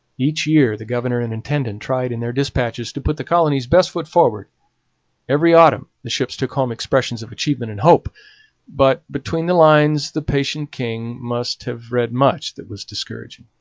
each year the governor and intendant tried in their dispatches to put the colony's best foot forward every autumn the ships took home expressions of achievement and hope but between the lines the patient king must have read much that was discouraging.